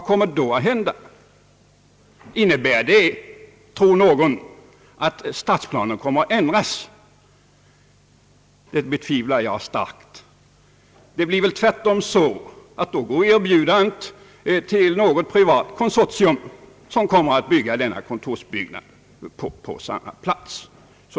Tror någon att det innebär att stadsplanen kommer att ändras? Det betvivlar jag starkt. Det blir väl tvärtom så att er bjudandet då går till något privat konsortium som kommer att bygga detta kontorshus på samma plats.